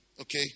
Okay